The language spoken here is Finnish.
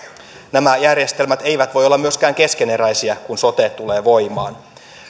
nämä järjestelmät eivät voi olla myöskään keskeneräisiä kun sote tulee voimaan